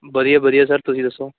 ਵਧੀਆ ਵਧੀਆ ਸਰ ਤੁਸੀਂ ਦੱਸੋ